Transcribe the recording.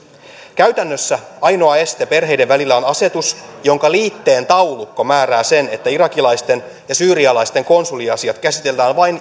käytännössä ainoa este perheiden välillä on asetus jonka liitteen taulukko määrää sen että irakilaisten ja syyrialaisten konsuliasiat käsitellään vain